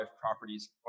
properties